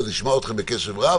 ועוד נשמע אתכם בקשב רב